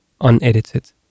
unedited